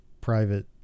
private